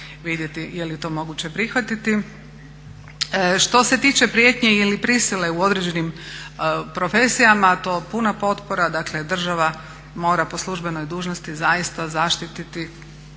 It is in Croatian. vidjeti je li to moguće prihvatiti. Što se tiče prijetnje ili prisile u određenim profesijama to puna potpora. Dakle, država mora po službenoj dužnosti zaista zaštititi